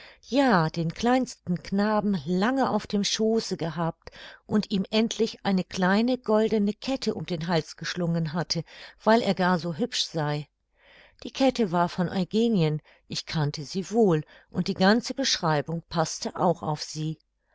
ja den kleinsten knaben lange auf dem schooße gehabt und ihm endlich eine kleine goldene kette um den hals geschlungen hatte weil er gar so hübsch sei die kette war von eugenien ich kannte sie wohl und die ganze beschreibung paßte auch auf sie